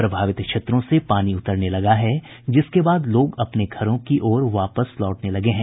प्रभावित क्षेत्रों से पानी उतरने लगा है जिसके बाद लोग अपने घरों की ओर वापस लौटने लगे हैं